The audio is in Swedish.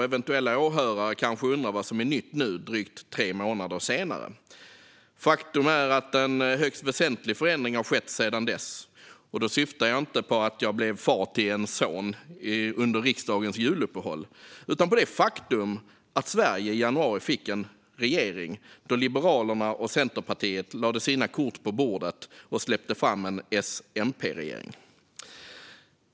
Eventuella åhörare kanske undrar vad som är nytt nu, drygt tre månader senare. Faktum är att en högst väsentlig förändring skett sedan dess. Då syftar jag inte på att jag blev far till en son under riksdagens juluppehåll utan på det faktum att Sverige i januari fick en regering, då Liberalerna och Centerpartiet lade sina kort på bordet och släppte fram en S-MP-regering.